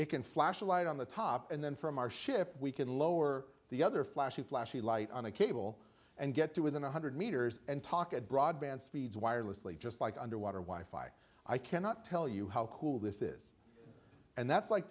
it can flash a light on the top and then from our ship we can lower the other flashy flashy light on a cable and get to within one hundred meters and talk at broadband speeds wirelessly just like underwater wife i i cannot tell you how cool this is and that's like